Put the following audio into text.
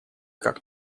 как